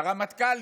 לרמטכ"לים,